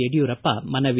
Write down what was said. ಯಡಿಯೂರಪ್ಪ ಮನವಿ